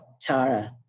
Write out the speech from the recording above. Tara